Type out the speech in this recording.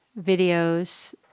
videos